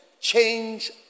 change